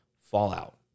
Fallout